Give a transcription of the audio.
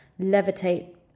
levitate